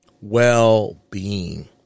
well-being